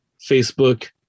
Facebook